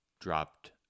dropped